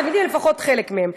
לפחות חלק מהם.